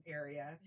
area